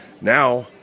now